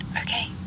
Okay